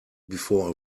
before